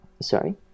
Sorry